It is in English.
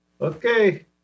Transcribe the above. Okay